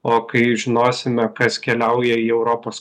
o kai žinosime kas keliauja į europos